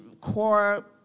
Core